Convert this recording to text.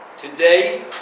Today